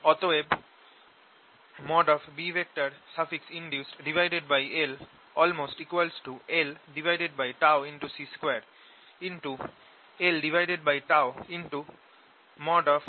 অতএব BinducedllτC2l